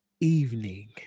evening